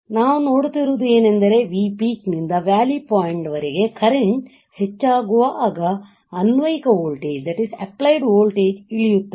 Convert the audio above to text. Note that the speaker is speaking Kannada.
ನಾನು ನೋಡುತ್ತಿರುವುದು ಏನೆಂದರೆV peak ನಿಂದ ವ್ಯಾಲಿ ಪಾಯಿಂಟ್ ವರೆಗೆ ಕರೆಂಟ್ ಹೆಚ್ಚಾಗುವಾಗ ಅನ್ವಯಿಕ ವೋಲ್ಟೇಜ್ ಇಳಿಯುತ್ತದೆ